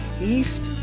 East